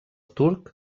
turc